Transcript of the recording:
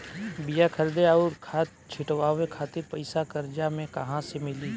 बीया खरीदे आउर खाद छिटवावे खातिर पईसा कर्जा मे कहाँसे मिली?